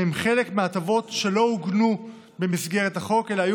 שהן חלק מהטבות שלא עוגנו במסגרת החוק אלא היו